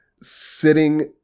sitting